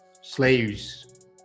slaves